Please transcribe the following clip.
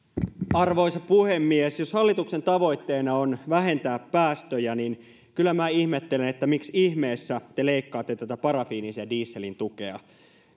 arvoisa puhemies jos hallituksen tavoitteena on vähentää päästöjä niin kyllä minä ihmettelen että miksi ihmeessä te leikkaatte tätä parafiinisen dieselin tukea